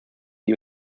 die